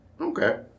Okay